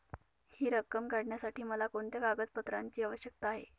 हि रक्कम काढण्यासाठी मला कोणत्या कागदपत्रांची आवश्यकता आहे?